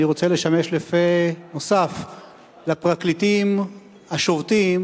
אני רוצה לשמש לפה נוסף לפרקליטים השובתים,